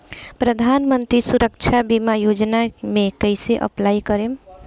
प्रधानमंत्री सुरक्षा बीमा योजना मे कैसे अप्लाई करेम?